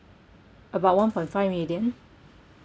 about one point five million